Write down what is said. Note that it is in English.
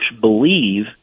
believe